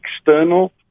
external